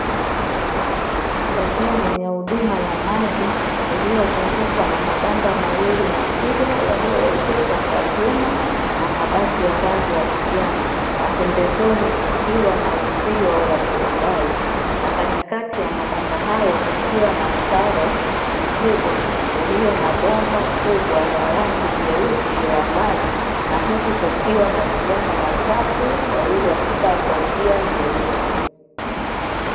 Sehemu ya huduma ya maji iliyozungukwa na mabanda mawili makubwa, yalioezekwa kwa vyuma na mabati ya rangi ya kijani na pembezoni kukiwa na uzio wa turubai. Na katikati ya mabanda hayo kukiwa na mtaro mkubwa ulio na bomba kubwa la rangi jeusi la maji, na huku kukiwa na vijana watatu na wawili wakivaa kofia nyeusi.